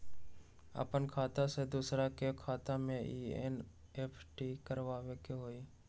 अपन खाते से दूसरा के खाता में एन.ई.एफ.टी करवावे के हई?